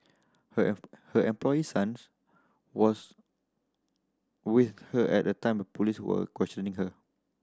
her her employer's sons was with her at the time police were questioning her